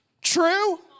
true